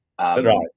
Right